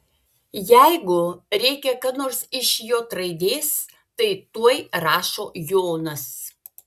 jeigu reikia ką nors iš j raidės tai tuoj rašo jonas